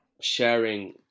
sharing